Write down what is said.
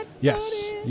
Yes